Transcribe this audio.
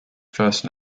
first